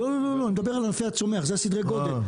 לא, אני מדבר על ענפי הצומח, אלו סדרי הגודל.